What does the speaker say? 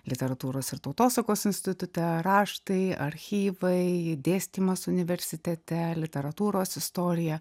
literatūros ir tautosakos institute raštai archyvai dėstymas universitete literatūros istorija